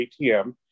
ATM